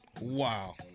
Wow